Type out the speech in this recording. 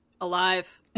alive